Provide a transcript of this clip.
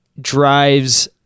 drives